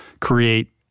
create